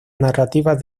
narrativas